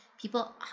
people